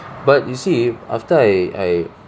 but you see after I I